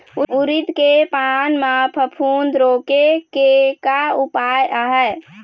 उरीद के पान म फफूंद रोके के का उपाय आहे?